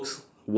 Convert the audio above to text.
word